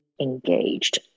engaged